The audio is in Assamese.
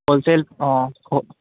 হ'লছেল অঁ